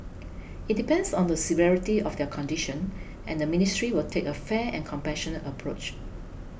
it depends on the severity of their condition and the ministry will take a fair and compassionate approach